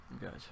Gotcha